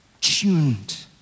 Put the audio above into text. Tuned